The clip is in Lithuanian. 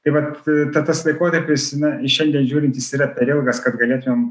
tai vat ta tas laikotarpis na iš šiandien žiūrint jis yra per ilgas kad galėtumėm